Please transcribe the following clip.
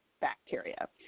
bacteria